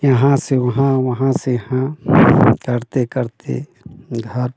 यहाँ से वहाँ वहाँ से यहाँ करते करते घर